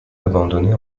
abandonné